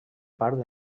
part